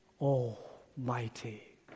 Almighty